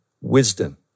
wisdom